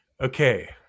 Okay